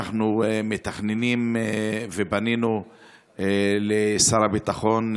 פנינו לשר הביטחון,